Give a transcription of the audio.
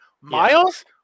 Miles